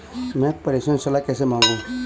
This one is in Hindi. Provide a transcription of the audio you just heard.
मैं प्रेषण सलाह कैसे मांगूं?